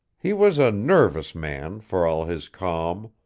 he was a nervous man, for all his calm.